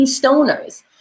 stoners